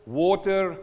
water